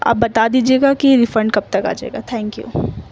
آپ بتا دیجیے گا کہ ریفنڈ کب تک آ جائے گا تھینک یو